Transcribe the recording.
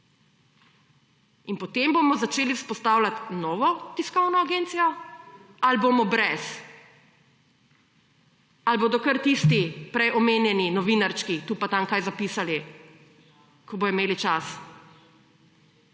in potem bomo začeli vzpostavljat novo tiskovno agencijo ali bomo brez? Ali bodo kar tisti, prej omenjeni »novinarčki«, tu pa tam kaj zapisali, ko bodo imeli čas?